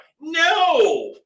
no